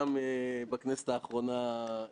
זו הייתה ועדה שלמרות שכביכול הייתה